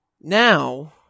Now